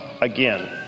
again